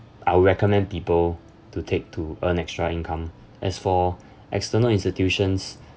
I would recommend people to take to earn extra income as for external institutions